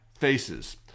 faces